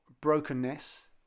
brokenness